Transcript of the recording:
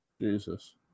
Jesus